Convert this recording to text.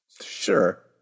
Sure